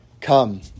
come